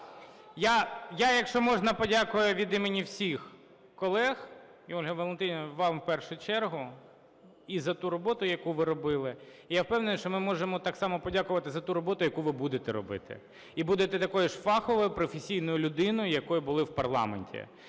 Я, якщо можна, подякую від імені всіх колег і, Ольга Валентинівна, вам в першу чергу і за ту роботу, яку ви робили. І я впевнений, що ми можемо так само подякувати за ту роботу, яку ви будете робити. І будете такою ж фаховою, професійною людиною, якою були в парламенті.